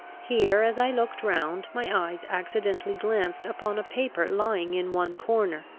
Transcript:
here, as i looked round, my eyes accidentally glanced upon a paper lying in one corner,